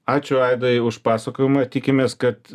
ačiū aidai už pasakojimą tikimės kad